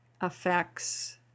affects